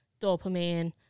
dopamine